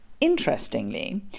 Interestingly